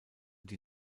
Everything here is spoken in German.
die